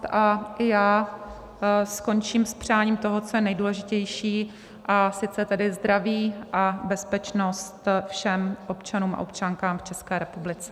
A já skončím s přáním toho, co je nejdůležitější, a sice tedy zdraví a bezpečnost všem občanům a občankám v České republice.